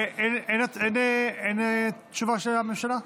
אין תשובה של הממשלה?